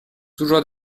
toujours